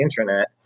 Internet